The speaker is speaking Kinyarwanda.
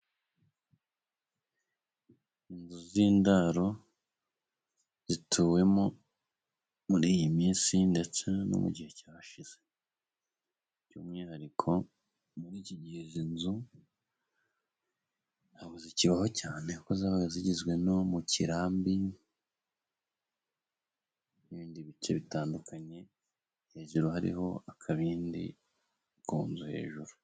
Inzu z'indaro zituwemo muri iyi minsi ndetse no mu gihe cyashize, by'umwihariko muri iki gihe izi nzu ntago zikibaho cyane kuko zabaga zigizwe no mu kirambi n'ibindi bice bitandukanye, hejuru hariho akabindi kunzu hejuru.